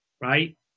right